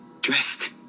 Dressed